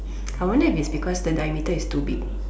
I wonder if it's because the diameter is too big